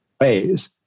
ways